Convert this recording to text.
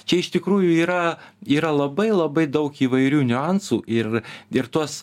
čia iš tikrųjų yra yra labai labai daug įvairių niuansų ir ir tuos